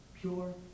Pure